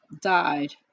died